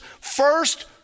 first